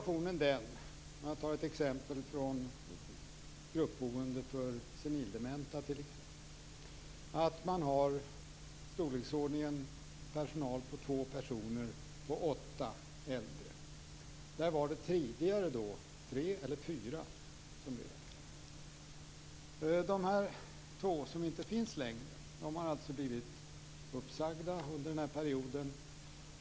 Om jag tar ett exempel från gruppboende för senildementa, är situationen nu den att man har personal i storleksordningen två personer på åtta äldre. Där var det tidigare tre eller fyra personer. De två personer som inte längre finns kvar har alltså blivit uppsagda under denna period.